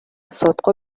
сотко